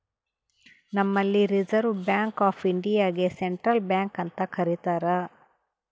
ನಂಬಲ್ಲಿ reserve bank of ಇಂಡಿಯಾಗೆ central bank ಅಂತ್ ಕರಿತಾರ್